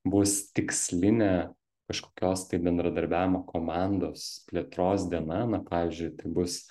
bus tikslinė kažkokios tai bendradarbiavimo komandos plėtros diena na pavyzdžiui tai bus